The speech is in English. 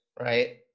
right